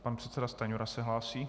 Pan předseda Stanjura se hlásí.